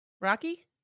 Rocky